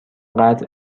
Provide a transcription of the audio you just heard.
قطع